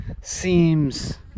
seems